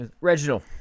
Reginald